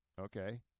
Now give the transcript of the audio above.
Okay